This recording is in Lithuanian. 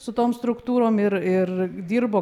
su tom struktūrom ir ir dirbo